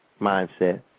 mindset